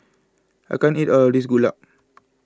I can't eat all of this Gulab